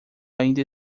ainda